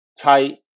Tight